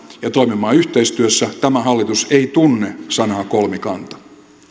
ja toimimaan yhteistyössä tämä hallitus ei tunne sanaa kolmikanta